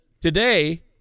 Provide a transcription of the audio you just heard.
today